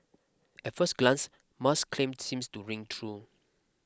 at first glance Musk's claim seems to ring true